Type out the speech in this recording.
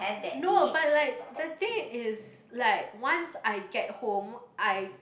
no but like the thing is like once I get home I